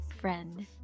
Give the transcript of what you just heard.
friend